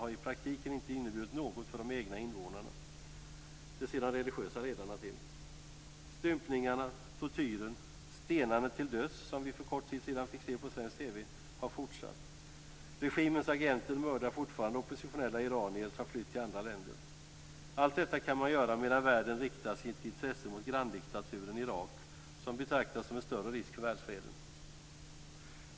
har i praktiken inte inneburit något för de egna invånarna. Det ser de religiösa ledarna till. Stympningarna, tortyren, stenandet till döds - som vi för kort tid sedan fick se på svensk TV - har fortsatt. Regimens agenter mördar fortfarande oppositionella iranier som flytt till andra länder. Allt detta kan man göra medan världen riktar sitt intresse mot granndiktaturen Irak som betraktas som en större risk för världsfreden.